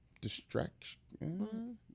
Distraction